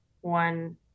one